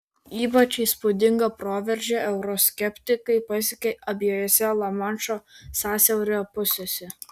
ypač įspūdingą proveržį euroskeptikai pasiekė abiejose lamanšo sąsiaurio pusėse